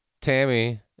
Tammy